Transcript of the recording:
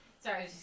Sorry